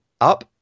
up